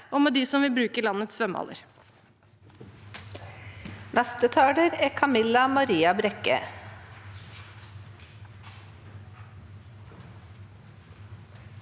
og de som vil bruke landets svømmehaller.